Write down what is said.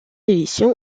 édition